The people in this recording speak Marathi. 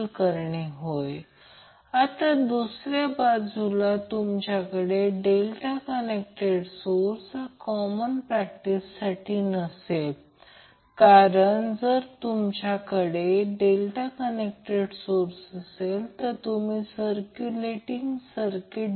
आणि हे प्रत्यक्षात असेच आहे ज्याला आपण थ्री फेज सारखेच ∆ कनेक्टेड सोर्स म्हणतो कारण हे ∆ कनेक्टेड आहे आणि हे त्याच प्रकारे ∆ कनेक्ट केलेले सोर्स आहे जे Y कनेक्ट केलेले होते आणि हे ∆ कनेक्ट केलेले आहे